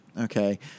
okay